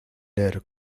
leer